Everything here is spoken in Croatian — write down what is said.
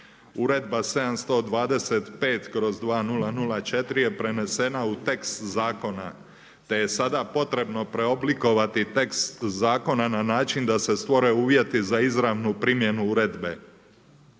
Uredba 725/2004 je prenesena u tekst zakona, te je sada potrebno preoblikovati tekst zakona na način da se stvore uvjeti za izravnu primjenu Uredbe.